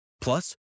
Plus